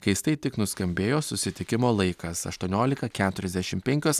keistai tik nuskambėjo susitikimo laikas aštuoniolika keturiasdešimt penkios